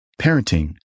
parenting